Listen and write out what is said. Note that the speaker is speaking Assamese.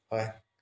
হয়